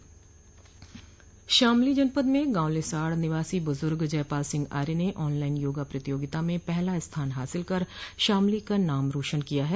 शामली जनपद में गांव लिसाढ़ निवासी बुजुर्ग जयपाल सिंह आर्य ने ऑनलाइन योग प्रतियोगिता में पहला स्थान हासिल कर शामली का नाम रोशन किया है